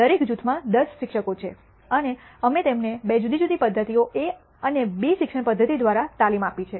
દરેક જૂથમાં 10 શિક્ષકો છે અને અમે તેમને બે જુદી જુદી પદ્ધતિઓ એ અને બી શિક્ષણ પદ્ધતિ દ્વારા તાલીમ આપી છે